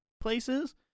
places